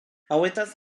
hauetaz